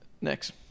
Next